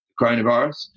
coronavirus